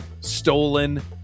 stolen